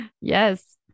Yes